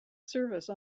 service